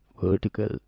vertical